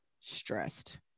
stressed